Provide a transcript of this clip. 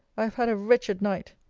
i have had a wretched night.